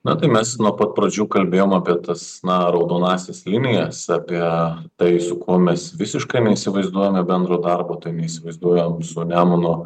na tai mes nuo pat pradžių kalbėjom apie tas na raudonąsias linijas apie tai su kuo mes visiškai neįsivaizduojame bendro darbo tai neįsivaizduojam su nemuno